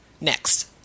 Next